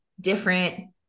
different